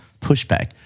pushback